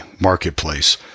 marketplace